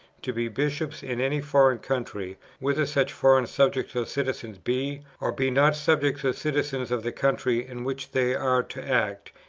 to be bishops in any foreign country, whether such foreign subjects or citizens be or be not subjects or citizens of the country in which they are to act,